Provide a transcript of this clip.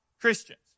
christians